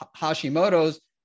Hashimoto's